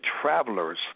travelers